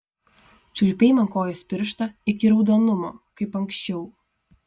čiulpei man kojos pirštą iki raudonumo kaip anksčiau